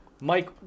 Mike